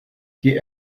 die